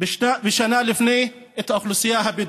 בשנה לפני את האוכלוסייה הבדואית.